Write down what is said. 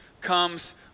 comes